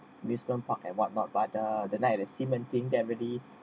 wisdom park and what not but the night at the xi men ding that really